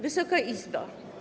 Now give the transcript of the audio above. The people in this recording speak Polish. Wysoka Izbo!